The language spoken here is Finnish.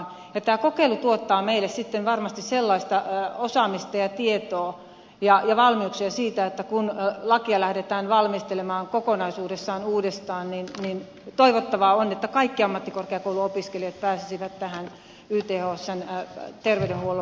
ja tämä kokeilu tuottaa meille varmasti osaamista ja tietoa ja valmiuksia siihen että kun lakia lähdetään valmistelemaan kokonaisuudessaan uudestaan niin toivottavaa on että kaikki ammattikorkeakouluopiskelijat pääsisivät tähän ythsn terveydenhuollon palveluiden piiriin